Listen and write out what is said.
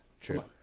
True